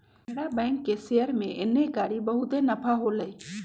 Canara bank के share में एन्नेकारी बहुते नफा होलई